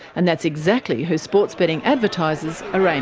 and that's exactly who sports betting advertisers are and